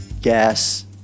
gas